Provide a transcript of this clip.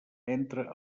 entre